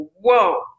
whoa